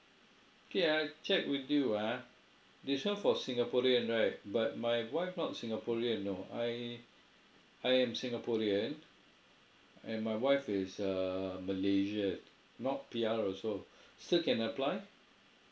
okay I check with you ah this one for singaporean right but my wife not singaporean you know I I am singaporean and my wife is err malaysian not P_R also still can apply